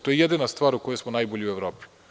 To je jedina stvar u kojoj smo najbolji u Evropi.